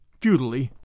futilely